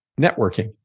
networking